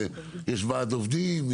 יש ועד עובדים,